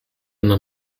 nam